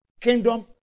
Kingdom